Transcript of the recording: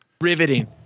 Riveting